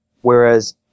Whereas